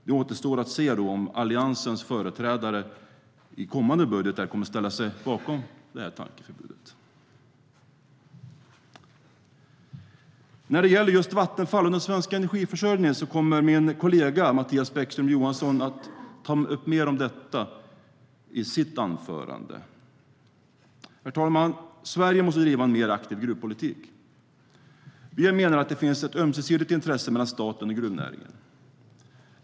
Det återstår att se om Alliansens företrädare i kommande budgetar kommer att ställa sig bakom detta tankeförbud. Herr talman! Sverige måste driva en mer aktiv gruvpolitik. Vi menar att det finns ett ömsesidigt intresse mellan staten och gruvnäringen.